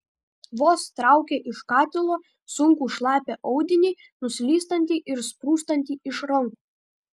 vos traukė iš katilo sunkų šlapią audinį nuslystantį ir sprūstantį iš rankų